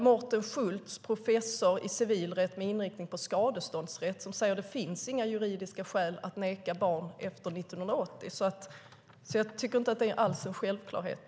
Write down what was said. Mårten Schultz, professor i civilrätt med inriktning på skadeståndsrätt, säger att det inte finns några juridiska skäl att neka barn efter 1980. Jag tycker därför inte alls att det är en självklarhet.